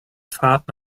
fahrt